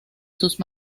sus